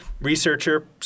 researcher